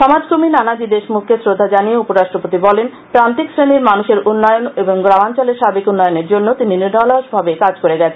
সমাজকর্মী নানাজি দেশমুখকে শ্রদ্ধা জানিয়ে উপরাষ্ট্রপতি বলেন প্রান্তিক শ্রেণীর মানুষের উন্নয়ন এবং গ্রামাঞ্চলের সার্বিক উন্নয়নের জন্য তিনি নিরলসভাবে কাজ করে গিয়েছেন